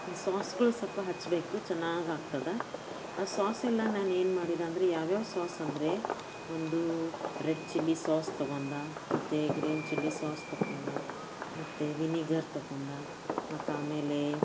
ಈ ಸೋಸುಗಳು ಸ್ವಲ್ಪ ಹಚ್ಚಬೇಕು ಚೆನ್ನಾಗಾಗ್ತದೆ ಆ ಸಾಸಿಲ್ಲ ನಾನೇನು ಮಾಡಿದೆ ಅಂದ್ರೆ ಯಾವ್ಯಾವ ಸಾಸ್ ಅಂದ್ರೆ ಒಂದು ರೆಡ್ ಚಿಲ್ಲಿ ಸಾಸ್ ತೊಗೊಂಡು ಮತ್ತು ಗ್ರೀನ್ ಚಿಲ್ಲಿ ತೊಗೊಂಡು ಮತ್ತು ವಿನೆಗರ್ ತೊಗೊಂಡು ಮತ್ತು ಆಮೇಲೆ